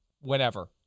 Whenever